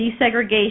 desegregation